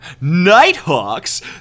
Nighthawks